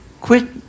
Quit